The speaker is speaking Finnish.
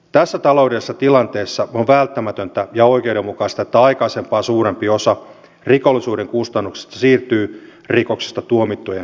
tässä taloudellisessa tilanteessa on välttämätöntä ja oikeudenmukaista että aikaisempaa suurempi osa rikollisuuden kustannuksista siirtyy rikoksista tuomittujen maksettavaksi